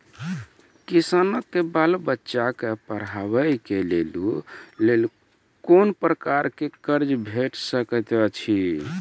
किसानक बाल बच्चाक पढ़वाक लेल कून प्रकारक कर्ज भेट सकैत अछि?